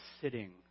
sitting